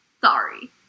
Sorry